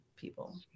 People